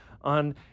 on